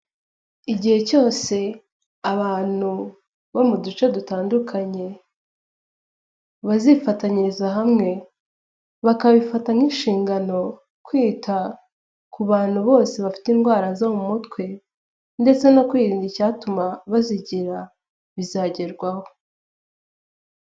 Igihe cyose abantu bo mu duce dutandukanye bazifatanyiriza hamwe bakabifata nk'inshingano kwita ku bantu bose bafite indwara zo mu mutwe ndetse no kwirinda icyatuma bazigira bizagerwaho.